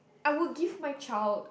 I would give my child